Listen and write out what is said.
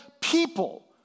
people